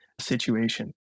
situation